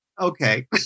okay